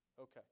Okay